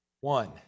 One